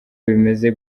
bimeze